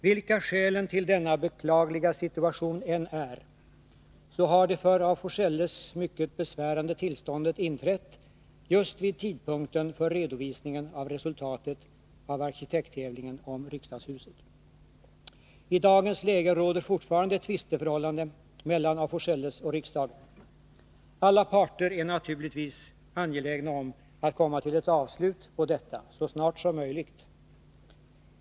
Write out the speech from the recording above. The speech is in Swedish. Vilka skälen till denna beklagliga situation än är, så har det för af Forselles mycket besvärande tillståndet inträtt vid tidpunkten för redovisningen av resultatet av arkitekttävlingen om riksdagshuset. I dagens läge råder fortfarande ett tvisteförhållande mellan af Forselles och riksdagen. Alla parter är naturligtvis angelägna om att komma till ett avslut på detta så snart som möjligt.